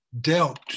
dealt